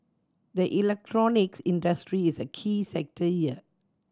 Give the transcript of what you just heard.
the electronics industry is a key sector here